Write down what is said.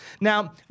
Now